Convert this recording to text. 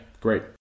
great